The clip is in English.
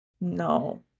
No